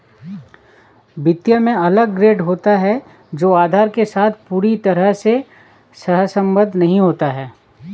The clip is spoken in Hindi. वित्त में अलग ग्रेड होता है जो आधार के साथ पूरी तरह से सहसंबद्ध नहीं होता है